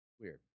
Weird